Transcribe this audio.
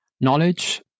knowledge